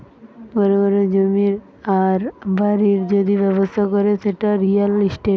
বড় বড় জমির আর বাড়ির যদি ব্যবসা করে সেটা রিয়্যাল ইস্টেট